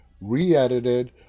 re-edited